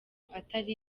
atari